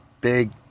Big